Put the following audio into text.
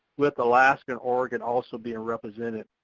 with alaska and oregon also being represented.